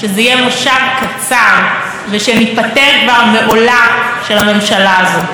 מושב קצר ושניפטר כבר מעולה של הממשלה הזאת.